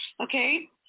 okay